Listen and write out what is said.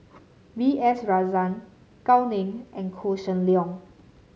B S Rajhans Gao Ning and Koh Seng Leong